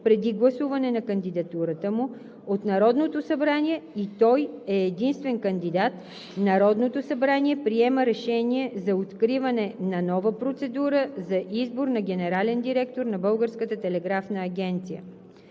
преди гласуване на кандидатурата му от Народното събрание и той е единствен кандидат, Народното събрание приема решение за откриване на нова процедура за избор на генерален директор на Българската телеграфна агенция.